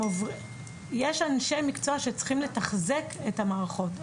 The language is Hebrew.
יש אנשי מקצוע שצריכים לתחזק את המערכות.